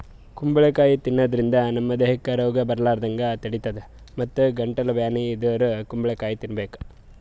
ಕುಂಬಳಕಾಯಿ ತಿನ್ನಾದ್ರಿನ್ದ ನಮ್ ದೇಹಕ್ಕ್ ರೋಗ್ ಬರಲಾರದಂಗ್ ತಡಿತದ್ ಮತ್ತ್ ಗಂಟಲ್ ಬ್ಯಾನಿ ಇದ್ದೋರ್ ಕುಂಬಳಕಾಯಿ ತಿನ್ಬೇಕ್